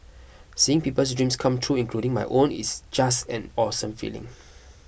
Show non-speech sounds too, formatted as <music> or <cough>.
seeing people's dreams come true including my own it's just an awesome feeling <noise>